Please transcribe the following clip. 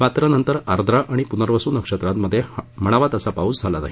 मात्र नंतर आर्द्रा आणि पुनर्वसू नक्षत्रामध्ये म्हणावा तसा पाऊस झाला नाही